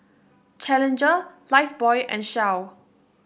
Challenger Lifebuoy and Shell